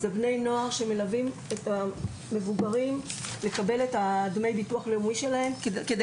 אלה בני נוער שמלווים את המבוגרים לקבל את דמי הביטוח הלאומי שלהם כדי